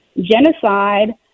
genocide